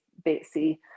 Betsy